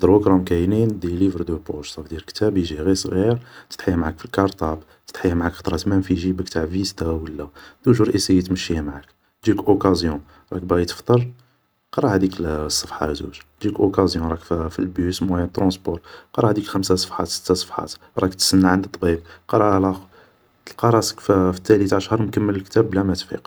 دروك راهم كاينين دي ليفر دو بوش, صافو دير كتاب يجي غي صغير تدحيه معاك في الكارطابل, تدحيه معاك خطرات مام في جيبك تاع فيستا ولا, توجور ايسيي تمشيه معاك, تجيك اوكازيون راك باغي تفطر, قرا هاديك صفحة زوج, تجيك اوكيزيون راك راك في البوس موايان دو ترونسبور قرا هاديك خمسة صفحات, راك تستنا عند طبيب قرا, تلقى راسك في التالي تاع شهر مكمل كتاب بلا ما تفيق